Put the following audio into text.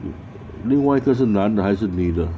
另外一个是男的还是女的